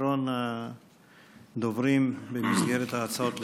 אחרון הדוברים במסגרת ההצעות לסדר-היום.